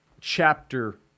chapter